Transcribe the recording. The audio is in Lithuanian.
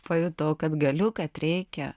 pajutau kad galiu kad reikia